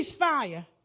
ceasefire